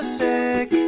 sick